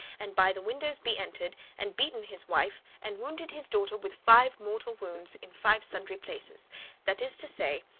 and by the windows be entered, and beaten his wife, and wounded his daughter with five mortal wounds, in five sundry places that is to say,